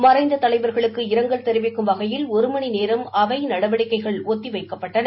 மறைந்த தலைவர்களுக்கு இரங்கல் தெரிவிக்கும் வகையில் ஒரு மணி நேரம் அவை நடவடிக்கைகள் ஒத்தி வைக்கப்பட்டன